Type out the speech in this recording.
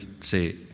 say